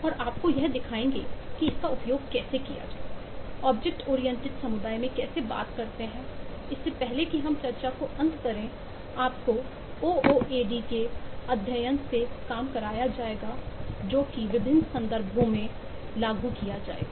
और आपको यह दिखाएंगे कि इसका उपयोग कैसे किया जाए ऑब्जेक्ट ओरिएंटेड समुदाय मैं कैसे बात करते हैं इससे पहले कि हम चर्चा को अंत करें आपको OOAD के अध्ययन से काम कराया जाएगा जो को विभिन्न संदर्भों में लागू किया जाएगा